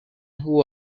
who